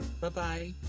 Bye-bye